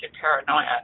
paranoia